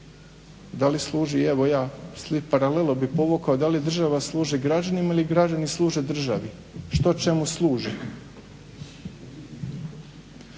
ja, slijed paralela bih povukao, da li država služi građanima ili građani služe državi? Što čemu služi?